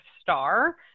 Star